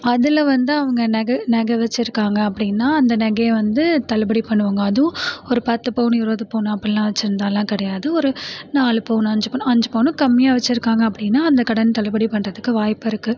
அதில் வந்து அவங்க நகை நகை வச்சிருக்காங்கள் அப்படின்னா அந்த நகையை வந்து தள்ளுபடி பண்ணுவாங்கள் அதுவும் ஒரு பத்து பவுனு இருபது பவுனு அப்படிலாம் வச்சிருந்தாலாம் கிடையாது ஒரு நாலு பவுனு அஞ்சு பவுனு அஞ்சு பவுனு கம்மியாக வச்சிருங்காங்கள் அப்படின்னா அந்த கடன் தள்ளுபடி பண்ணுறதுக்கு வாய்ப்பு இருக்குது